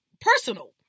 personal